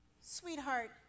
sweetheart